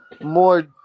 More